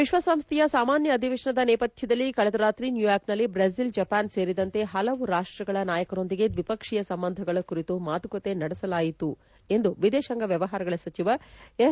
ವಿಶ್ವಸಂಸ್ಥೆಯ ಸಾಮಾನ್ಯ ಅಧಿವೇಶನದ ನೇಪಥ್ಯದಲ್ಲಿ ಕಳೆದ ರಾತ್ರಿ ನ್ಯೂಯಾರ್ಕ್ನಲ್ಲಿ ಬ್ರೆಜಿಲ್ ಜಪಾನ್ ಸೇರಿದಂತೆ ಹಲವು ರಾಷ್ಟಗಳ ನಾಯಕರೊಂದಿಗೆ ದ್ವಿಪಕ್ಷೀಯ ಸಂಬಂಧಗಳ ಕುರಿತು ಮಾತುಕತೆ ನಡೆಸಲಾಯಿತು ಎಂದು ವಿದೇಶಾಂಗ ವ್ಯವಹಾರಗಳ ಸಚಿವ ಎಸ್